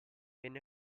venne